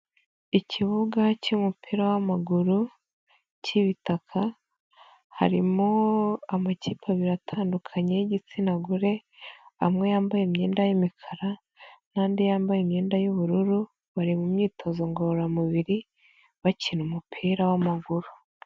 Ikibuga cy'umupira w'amaguru k'ibitaka harimo amakipe abiri atandukanye y'igitsina gore, amwe yambaye imyenda y'imikara n'andi yambaye imyenda y'ubururu, bari mu myitozo ngororamubiri bakina umupira w'amaguru.